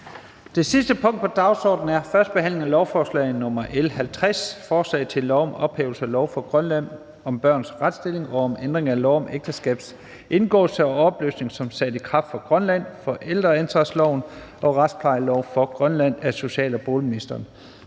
Det sidste punkt på dagsordenen er: 4) 1. behandling af lovforslag nr. L 50: Forslag til lov om ophævelse af lov for Grønland om børns retsstilling og om ændring af lov om ægteskabs indgåelse og opløsning som sat i kraft for Grønland, forældreansvarsloven og retsplejelov for Grønland. (Ændringer